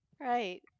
Right